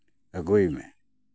ᱟᱹᱜᱩᱭ ᱢᱮ